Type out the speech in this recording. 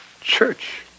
Church